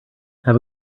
have